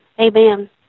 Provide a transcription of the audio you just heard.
amen